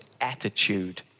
attitude